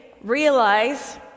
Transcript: realize